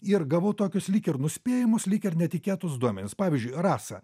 ir gavau tokius lyg ir nuspėjamus lyg ir netikėtus duomenis pavyzdžiui rasa